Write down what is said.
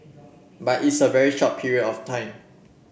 but it's a very short period of time